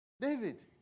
David